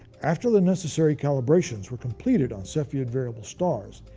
after the necessary calibrations were completed on cepheid variable stars,